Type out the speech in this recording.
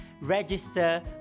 register